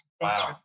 Wow